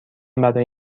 برای